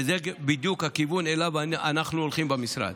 וזה בדיוק הכיוון שאליו אנחנו הולכים במשרד.